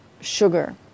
sugar